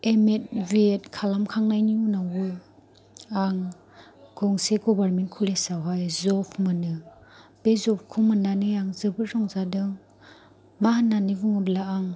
M Ed B Ed खालामखांनायनि उनावबो आं गंसे गभार्नमेन्त कलेजावहाय जब मोनो बे जबखौ मोननानै आं जोबोर रंजादों मा होननानै बुङोब्ला आं